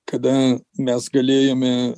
kada mes galėjome